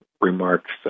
remarks